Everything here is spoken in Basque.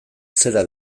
zera